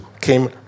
came